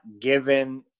given